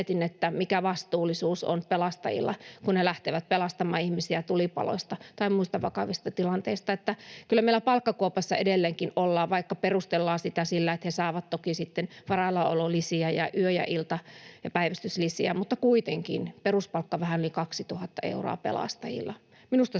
mikä vastuullisuus on pelastajilla, kun he lähtevät pelastamaan ihmisiä tulipaloista tai muista vakavista tilanteista. Kyllä meillä palkkakuopassa edelleenkin ollaan, vaikka perustellaan sitä sillä, että he saavat toki varallaololisiä ja yö‑ ja ilta‑ ja päivystyslisiä, mutta kuitenkin, peruspalkka vähän yli 2 000 euroa pelastajilla. Minusta se on